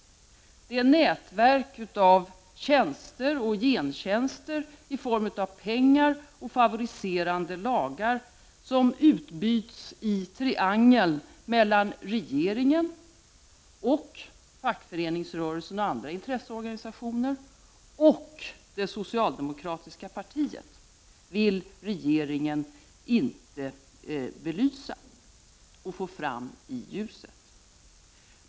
Det nätverk av tjänster och gentjänster i form av pengar och favoriserande lagar som utbyts i triangeln mellan regeringen, fackföreningsrörelsen och andra intresseorganisationer och det socialdemokratiska partiet vill regeringen inte plocka fram i ljuset.